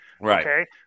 Right